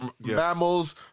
mammals